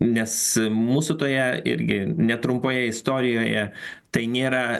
nes mūsų toje irgi netrumpoje istorijoje tai nėra